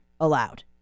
allowed